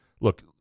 look